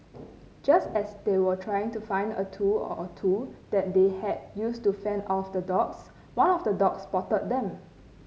just as they were trying to find a tool or two that they had use to fend off the dogs one of the dogs spotted them